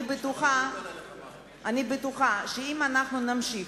אני בטוחה שאם נמשיך,